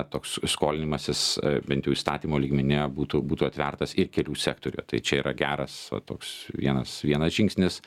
toks skolinimasis bent jau įstatymo lygmenyje būtų būtų atvertas ir kelių sektoriuje tai čia yra geras toks vienas vienas žingsnis